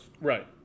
Right